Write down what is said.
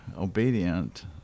obedient